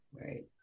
Right